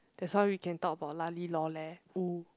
that's why we can talk about lah li loh leh !oo!